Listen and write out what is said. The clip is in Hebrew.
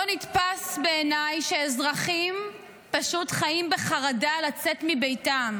לא נתפס בעיניי שאזרחים פשוט חיים בחרדה לצאת מביתם,